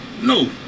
No